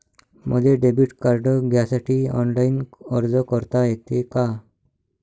मले debit card घ्यासाठी online अर्ज करता येते का?